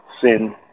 Sin